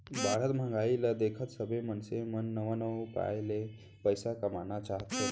बाढ़त महंगाई ल देखत सबे मनसे मन नवा नवा उपाय ले पइसा कमाना चाहथे